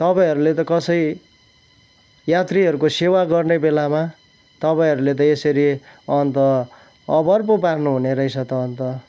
तपाईँहरूले त कसै यात्रीहरूको सेवा गर्ने बेलामा तपाईँहरूले त यसरी अन्त अभर पो पार्नु हुने रहेछ त अन्त